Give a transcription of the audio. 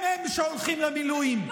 הם-הם שהולכים למילואים.